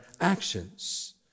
actions